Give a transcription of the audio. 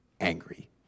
angry